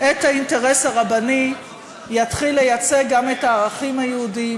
את האינטרס הרבני יתחיל לייצג גם את הערכים היהודיים